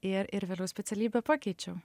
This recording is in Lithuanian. ir ir vėliau specialybę pakeičiau